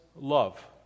love